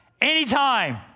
anytime